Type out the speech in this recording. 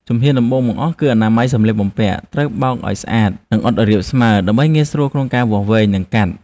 ជំហានដំបូងបង្អស់គឺអនាម័យសម្លៀកបំពាក់ត្រូវបោកឱ្យបានស្អាត និងអ៊ុតឱ្យរាបស្មើ ដើម្បីងាយស្រួលក្នុងការវាស់វែង និងកាត់។